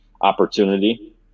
opportunity